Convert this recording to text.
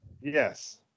Yes